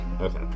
Okay